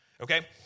Okay